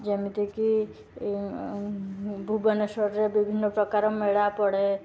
ଯେମିତି କି ଭୁବନେଶ୍ୱରରେ ବିଭିନ୍ନପ୍ରକାର ମେଳା ପଡ଼େ